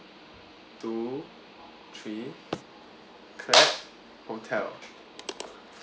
two three clap hotel